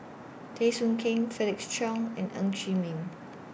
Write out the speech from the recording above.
Teo Soon Kim Felix Cheong and Ng Chee Meng